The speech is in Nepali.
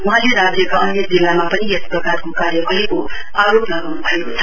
वहाँको राज्यका अन्य जिल्लामा पनि यस प्रकारको कार्य भएको आरोप लगाउनुभएको छ